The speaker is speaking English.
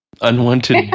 Unwanted